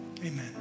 Amen